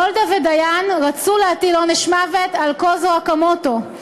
גולדה ודיין רצו להטיל עונש מוות על קוזו אוקמוטו,